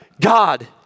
God